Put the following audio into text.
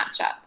matchup